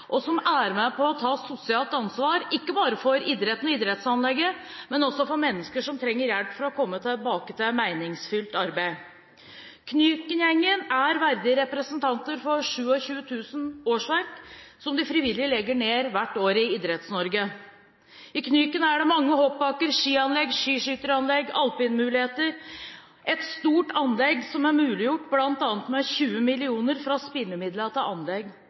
og som er med på å ta sosialt ansvar, ikke bare for idretten og idrettsanlegget, men også for mennesker som trenger hjelp til å komme tilbake til meningsfylt arbeid. Knyken-gjengen er verdige representanter for 27 000 årsverk som de frivillige hvert år legger ned i Idretts-Norge. I Knyken er det mange hoppbakker, skianlegg, skiskytteranlegg og alpinmuligheter. Det er et stort anlegg som er muliggjort bl.a. med 20 mill. kr fra spillemidlene til anlegg